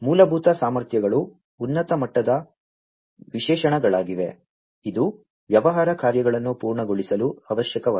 ಮೂಲಭೂತ ಸಾಮರ್ಥ್ಯಗಳು ಉನ್ನತ ಮಟ್ಟದ ವಿಶೇಷಣಗಳಾಗಿವೆ ಇದು ವ್ಯವಹಾರ ಕಾರ್ಯಗಳನ್ನು ಪೂರ್ಣಗೊಳಿಸಲು ಅವಶ್ಯಕವಾಗಿದೆ